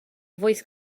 voice